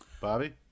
Bobby